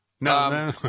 No